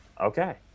Okay